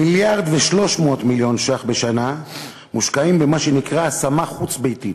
מיליארד ו-300 מיליון ש"ח בשנה מושקעים במה שנקרא השמה חוץ-ביתית,